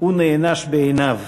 הוא נענש בעיניו.